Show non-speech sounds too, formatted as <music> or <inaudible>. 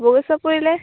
<unintelligible> পৰিলে